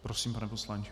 Prosím, pane poslanče.